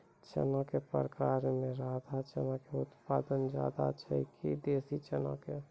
चना के प्रकार मे राधा चना के उत्पादन ज्यादा छै कि देसी चना के?